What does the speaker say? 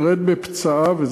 מגרד בפצעיו,